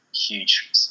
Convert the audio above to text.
huge